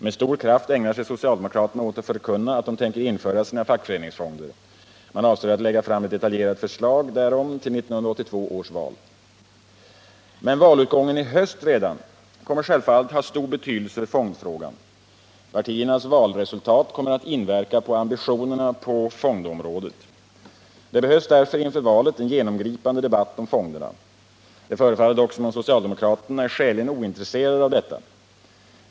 Med stor kraft ägnar sig socialdemokraterna åt att förkunna att de tänker införa sina fackföreningsfonder. Man avser att lägga fram ett detaljerat förslag därom till 1982 års val. Men redan valutgången i höst kommer självfallet att ha stor betydelse för fondfrågan. Partiernas valresultat kommer att inverka på ambitionerna på fondområdet. Det behövs därför inför valet en genomgripande debatt om fonderna. Det förefaller dock som om socialdemokraterna är skäligen ointresserade av detta.